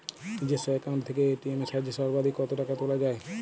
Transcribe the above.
নিজস্ব অ্যাকাউন্ট থেকে এ.টি.এম এর সাহায্যে সর্বাধিক কতো টাকা তোলা যায়?